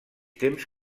temps